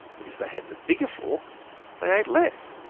but if they had the bigger fork they ate less.